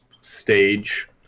stage